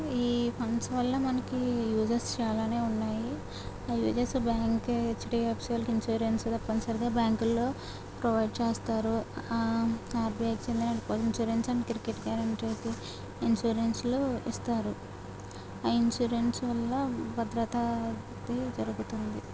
ఈ ఫండ్స్ వల్ల మనకి యూజెస్ చాలానే ఉన్నాయి యూజెస్ బ్యాంకు హెచ్డిఎఫ్సి వాళ్ళకి ఇన్సూరెన్స్ తప్పనిసరిగా బ్యాంకు ల్లో ప్రొవైడ్ చేస్తారు ఆర్బిఐకి చెందిన ఇన్సూరెన్స్ అండ్ క్రికెట్ ఇన్సూరెన్స్లు ఇస్తారు ఆ ఇన్సూరెన్స్ వల్ల భద్రతాది జరుగుతుంది